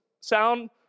sound